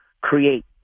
create